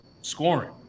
scoring